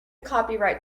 copyright